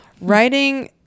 writing